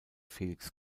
felix